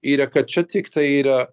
yra kad čia tiktai yra